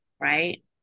Right